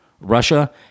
Russia